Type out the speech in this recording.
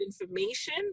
information